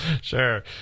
sure